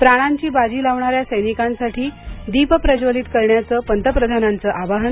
प्राणांची बाजी लावणाऱ्या सैनिकांसाठी दीप प्रज्वलित करण्याचं पंतप्रधानांचं आवाहन